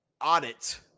audit